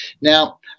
Now